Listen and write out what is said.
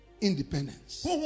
independence